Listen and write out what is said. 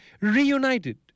reunited